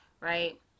right